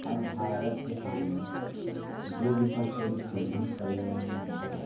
आज भारत के सामने जो भी सब से गंभीर पर्यावरणीय मुद्दे हैं